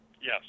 Yes